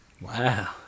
Wow